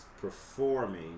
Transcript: performing